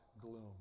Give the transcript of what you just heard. gloom